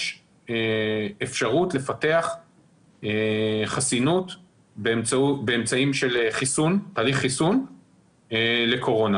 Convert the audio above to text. יש אפשרות לפתח חסינות באמצעים של תהליך חיסון לקורונה.